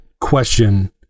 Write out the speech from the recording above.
question